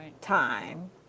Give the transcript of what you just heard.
time